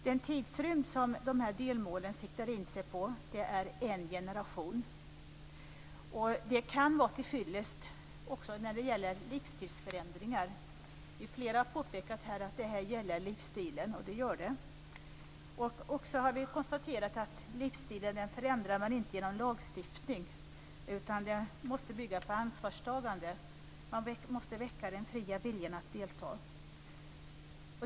Den tidsrymd som de här delmålen siktar in sig på är en generation. Det kan vara tillfyllest också när det gäller livsstilsförändringar. Flera har påpekat att det här gäller livsstilen, och det gör det. Vi har också konstaterat att livsstilen förändrar man inte genom lagstiftning, utan det måste bygga på ansvarstagande. Man måste väcka den fria viljan att delta.